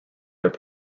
their